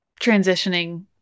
transitioning